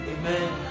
Amen